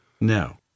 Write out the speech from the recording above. No